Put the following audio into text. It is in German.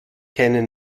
keine